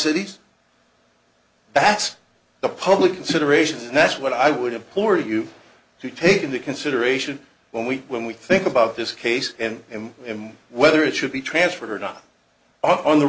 cities that's the public considerations and that's what i would have poor you to take into consideration when we when we think about this case and and and whether it should be transferred or not on the